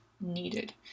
needed